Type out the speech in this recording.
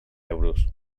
euros